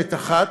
מכוונת אחת,